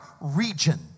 region